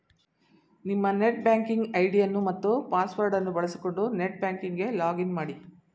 ನಿಮ್ಮ net banking ಐಡಿಯನ್ನು ಮತ್ತು ಪಾಸ್ವರ್ಡ್ ಅನ್ನು ಬಳಸಿಕೊಂಡು ನೆಟ್ ಬ್ಯಾಂಕಿಂಗ್ ಗೆ ಲಾಗ್ ಇನ್ ಮಾಡಿ